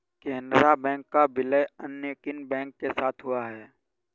Canara bank का विलय अन्य किन बैंक के साथ हुआ है?